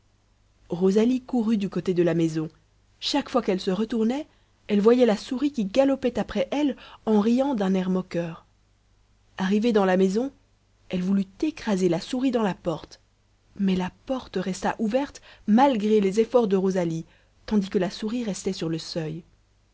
rosalie courut du côté de la maison chaque fois qu'elle se retournait elle voyait la souris qui galopait après elle en riant d'un air moqueur arrivée dans la maison elle voulut écraser la souris dans la porte mais la porte resta ouverte malgré les efforts de rosalie tandis que la souris restait sur le seuil